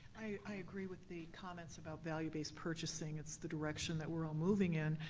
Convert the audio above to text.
i agree with the comments about value-based purchasing, it's the direction that we're all moving in,